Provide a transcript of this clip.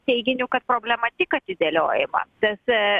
teiginiu kad problema tik atidėliojima bet